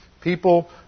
people